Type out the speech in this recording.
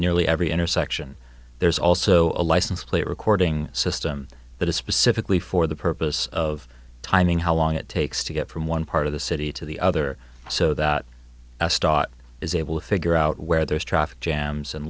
nearly every intersection there's also a license plate recording system that is specifically for the purpose of timing how long it takes to get from one part of the city to the other so that a stock is able to figure out where there is traffic jams and